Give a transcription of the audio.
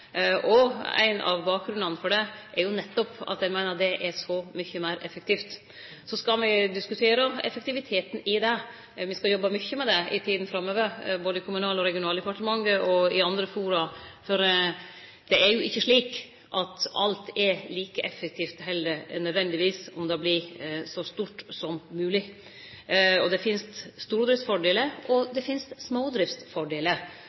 Ein av grunnane til det er nettopp at dei meiner at det er så mykje meir effektivt. Så skal me diskutere effektiviteten i det, me skal jobbe mykje med det i tida framover både i Kommunal- og regionaldepartementet og i andre fora. Det er jo ikkje nødvendigvis slik at alt er like effektivt om det vert så stort som mogleg. Det finst stordriftsfordelar, og det finst smådriftsfordelar, og